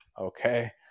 Okay